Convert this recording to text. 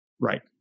Right